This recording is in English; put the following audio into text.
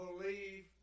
believe